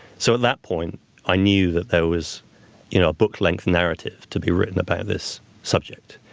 so at that point i knew that there was you know a book length narrative to be written about this subject.